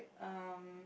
um